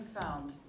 found